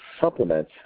supplement